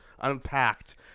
unpacked